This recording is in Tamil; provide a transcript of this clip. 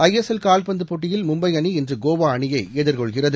ஐஸ்எல்எல் கால்பந்துப் போட்டியில் மும்பைஅணி இன்றுகோவாஅணியைஎதிர்கொள்கிறது